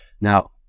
Now